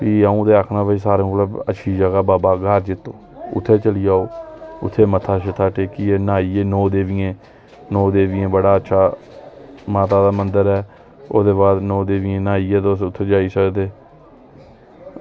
ते भी अंऊ ते आक्खना सारें कोला अच्छी जगह बाबा ग्हार जित्तो उत्थै चली जाओ उत्थै मत्था टेकियै न्हाइयै नौ देवियें बड़ा अच्छा माता दा मंदर ऐ ओह्दे नौ देवियें न्हाइयै तुस उत्थै जाई सकदे